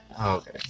Okay